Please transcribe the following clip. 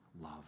love